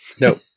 No